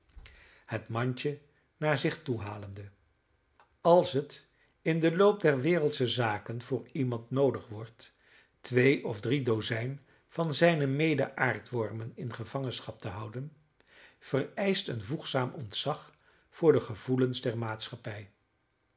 het mandje naar zich toehalende als het in den loop der wereldsche zaken voor iemand noodig wordt twee of drie dozijn van zijne mede aardwormen in gevangenschap te houden vereischt een voegzaam ontzag voor de gevoelens der maatschappij